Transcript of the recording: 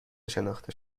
شناخته